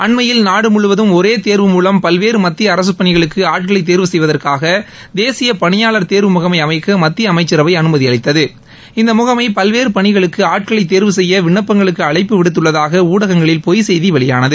அண்மையில் நாடு முழுவதும் ஒரே தேர்வு மூலம் பல்வேறு மத்திய அரசு பணிகளுக்கு ஆட்களை தேர்வு செய்வதாக தேசிய பணியாளர் தேர்வு முகனம அமைக்க மத்திய அமைச்சரவை அனுமதி அளித்தது இந்த முகமை பல்வேறு பணிகளுக்கு ஆட்களை தேர்வு செய்ய விண்ணப்பங்களுக்கு அழைப்பு விடுத்துள்ளதாக ஊடகங்களில் பொய் செய்தி வெளியானது